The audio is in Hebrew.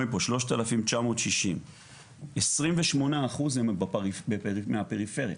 3,960. 28 אחוזים הם מהפריפריה.